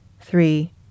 three